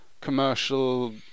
commercial